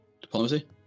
diplomacy